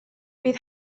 bydd